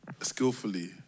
skillfully